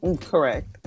Correct